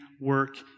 work